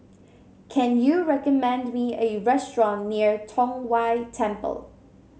can you recommend me a restaurant near Tong Whye Temple